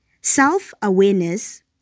self-awareness